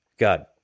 God